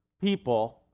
people